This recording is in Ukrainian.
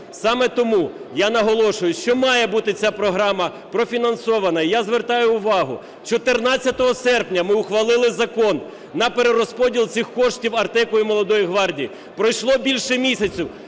Саме тому я наголошую, що має бути ця програма профінансована. Я звертаю увагу, 14 серпня ми ухвалили закон на перерозподіл цих коштів "Артеку" і "Молодої гвардії". Пройшло більше місяця,